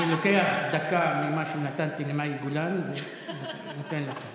אני לוקח דקה ממה שנתתי למאי גולן ונותן לך.